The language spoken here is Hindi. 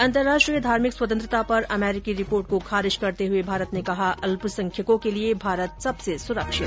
अंतर्राष्ट्रीय धार्मिक स्वतंत्रता पर अमरीकी रिपोर्ट को खारिज करते हुए भारत ने कहा अल्पसंख्यकों के लिये भारत सबसे सुरक्षित